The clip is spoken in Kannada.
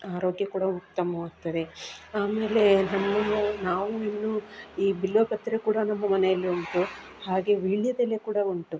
ಆರೋಗ್ಯ ಕೂಡ ಉತ್ತಮವಾಗ್ತದೆ ಆಮೇಲೆ ನಮ್ಮಲ್ಲೇ ನಾವು ಇನ್ನು ಈ ಬಿಲ್ವಪತ್ರೆ ಕೂಡ ನಮ್ಮ ಮನೆಯಲ್ಲಿ ಉಂಟು ಹಾಗೆ ವೀಳ್ಯದೆಲೆ ಕೂಡ ಉಂಟು